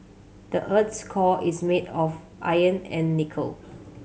the earth's core is made of iron and nickel